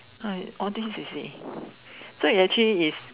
hi all this you see so it actually is